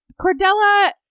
Cordella